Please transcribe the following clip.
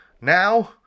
now